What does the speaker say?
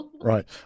Right